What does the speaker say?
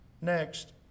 Next